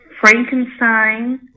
Frankenstein